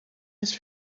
his